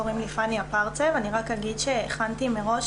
קוראים לי פני אפרצב אני רק אגיד שהכנתי מראש,